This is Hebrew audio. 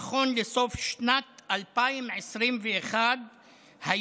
נכון לסוף שנת 2021 היו